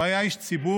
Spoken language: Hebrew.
הוא היה איש ציבור,